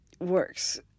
works